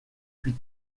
huit